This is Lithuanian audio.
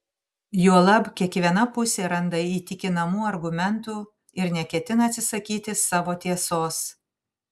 juolab kiekviena pusė randa įtikinamų argumentų ir neketina atsisakyti savo tiesos